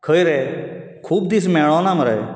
खंय रे खूप दीस मेळ्ळो ना मरे